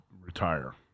retire